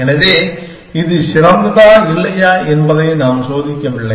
எனவே இது சிறந்ததா இல்லையா என்பதை நாம் சோதிக்கவில்லை